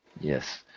Yes